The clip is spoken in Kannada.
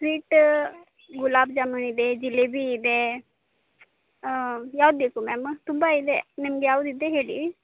ಸ್ವೀಟ್ ಗುಲಾಬ್ ಜಾಮೂನ್ ಇದೆ ಜಿಲೇಬಿ ಇದೆ ಯಾವ್ದು ಬೇಕು ಮ್ಯಾಮ್ ತುಂಬ ಇದೆ ನಿಮ್ಗೆ ಯಾವ್ದು ಇದೆ ಹೇಳಿ